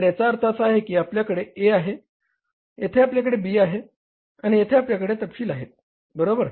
तर याचा अर्थ असा आहे की आपल्याकडे A आहे आणि येथे आपल्याकडे B आहे आणि येथे आपल्याकडे तपशील आहेत बरोबर